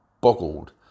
boggled